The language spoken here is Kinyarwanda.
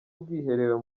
ubwiherero